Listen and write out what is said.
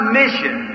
mission